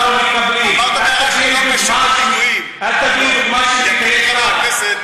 אויב, למה, אמרת, אל תביא לי מקרה אחד.